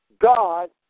God